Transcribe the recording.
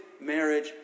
marriage